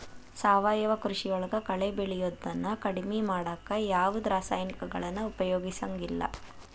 ಸಾವಯವ ಕೃಷಿಯೊಳಗ ಕಳೆ ಬೆಳಿಯೋದನ್ನ ಕಡಿಮಿ ಮಾಡಾಕ ಯಾವದ್ ರಾಸಾಯನಿಕಗಳನ್ನ ಉಪಯೋಗಸಂಗಿಲ್ಲ